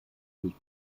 durch